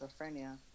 schizophrenia